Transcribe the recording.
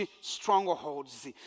strongholds